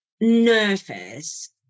nervous